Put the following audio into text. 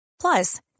Plus